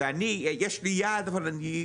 ואני, יש לי יד אבל אני,